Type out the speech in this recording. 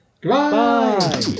Goodbye